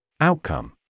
Outcome